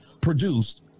produced